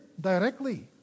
directly